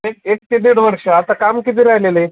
एक एक ते दीड वर्ष आता काम किती राहिलेले आहे